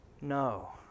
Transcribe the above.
No